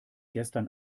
gestern